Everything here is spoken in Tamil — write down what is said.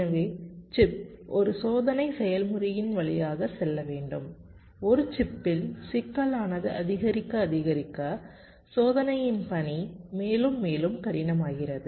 எனவே சிப் ஒரு சோதனை செயல்முறையின் வழியாக செல்ல வேண்டும் ஒரு சிப்பில் சிக்கலானது அதிகரிக்க அதிகரிக்க சோதனையின் பணி மேலும் மேலும் கடினமாகிறது